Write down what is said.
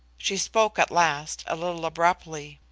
she spoke at last a little abruptly.